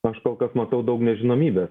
aš kol kas matau daug nežinomybės